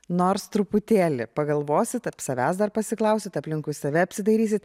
nors truputėlį pagalvosit taip savęs dar pasiklausit aplinkui save apsidairysit